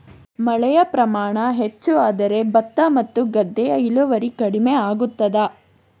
ಮಳೆಯ ಪ್ರಮಾಣ ಹೆಚ್ಚು ಆದರೆ ಭತ್ತ ಮತ್ತು ಗೋಧಿಯ ಇಳುವರಿ ಕಡಿಮೆ ಆಗುತ್ತದಾ?